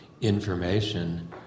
information